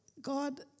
God